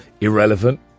irrelevant